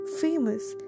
famous